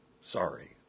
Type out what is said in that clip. Sorry